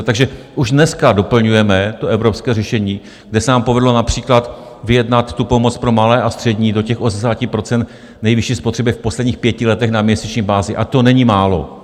Takže už dneska doplňujeme to evropské řešení, kde se nám povedlo například vyjednat tu pomoc pro malé a střední do těch 80 % v nejvyšší spotřebě v posledních pěti letech na měsíční bázi, a to není málo.